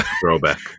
Throwback